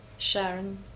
Sharon